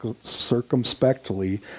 circumspectly